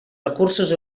recursos